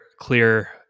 clear